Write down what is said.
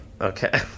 Okay